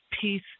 peace